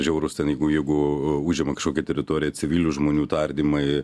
žiaurūs ten jeigu jeigu užima kažkokią teritoriją civilių žmonių tardymai